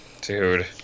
Dude